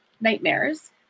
nightmares